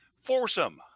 foursome